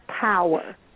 power